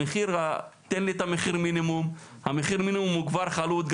תן לי את המחיר מינימום שהוא כבר חלוט,